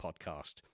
Podcast